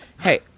Hey